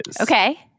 Okay